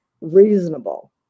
reasonable